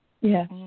yes